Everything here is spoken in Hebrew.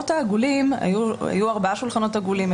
היו ארבעה שולחנות עגולים.